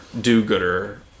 do-gooder